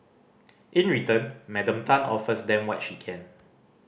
in return Madam Tan offers them what she can